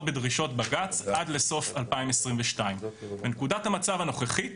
בדרישות בג"ץ עד לסוף 2022. בנקודת המצב הנוכחית